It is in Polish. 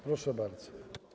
Proszę bardzo.